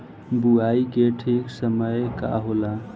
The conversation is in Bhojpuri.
बुआई के ठीक समय का होला?